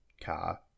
car